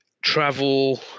travel